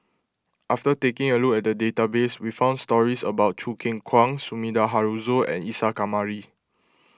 after taking a look at the database we found stories about Choo Keng Kwang Sumida Haruzo and Isa Kamari